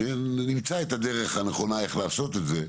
שנמצא את הדרך הנכונה איך לעשות את זה,